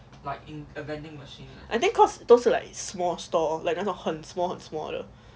I think cause 都是 like small store like 那种很 small 很 small 的